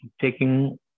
taking